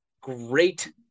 Great